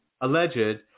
alleged